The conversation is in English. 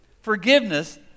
forgiveness